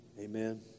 Amen